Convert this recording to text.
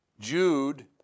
Jude